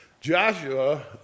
Joshua